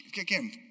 again